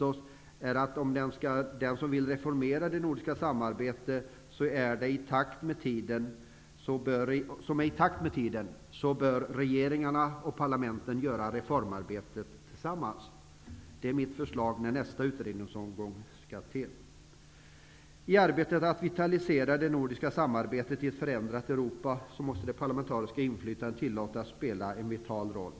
Om man vill reformera det nordiska samarbetet så att det är i takt med tiden bör regeringarna och parlamenten göra arbetet tillsammans. Det är mitt förslag när nästa utredningsomgång skall sätta i gång. I arbetet med att vitalisera det nordiska samarbetet i ett förändrat Europa måste det parlamentariska inflytandet tillåtas spela en vital roll.